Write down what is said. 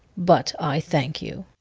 but i thank you.